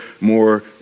more